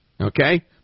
okay